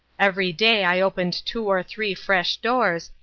every day i opened two or three fresh doors,